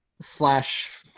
slash